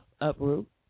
uproot